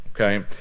Okay